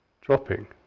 dropping